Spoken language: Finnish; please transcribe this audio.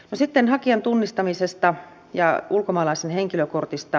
sitten hakijan tunnistamisesta ja ulkomaalaisen henkilökortista